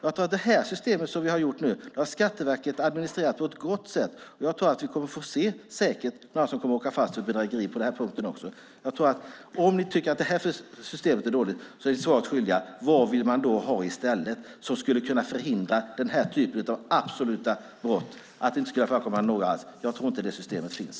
Det här systemet har Skatteverket administrerat på ett bra sätt. Vi kommer säkert att få se några som åker fast för bedrägeri också på den här punkten. Om ni tycker att det här systemet är dåligt är ni svaret skyldiga. Vad vill ni ha i stället som helt skulle kunna förhindra den här typen av brott? Jag tror inte att det systemet finns.